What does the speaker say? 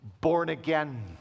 born-again